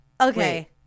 okay